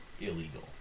illegal